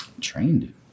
trained